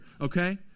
okay